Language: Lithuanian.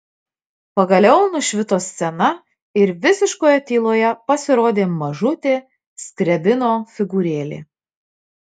pagaliau nušvito scena ir visiškoje tyloje pasirodė mažutė skriabino figūrėlė